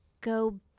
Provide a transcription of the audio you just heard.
go